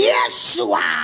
Yeshua